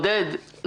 עודד,